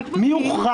איך בודקים?